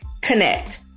connect